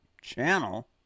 channel